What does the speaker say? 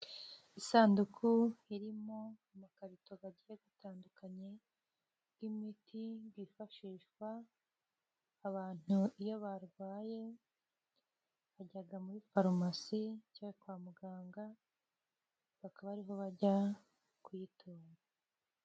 Isanduku irimo amakarito agiye atandukanye y'imiti yifashishwa abantu iyo barwaye, bajya muri farumasi cyangwa kwa muganga bakaba ariho bajya kuyitora.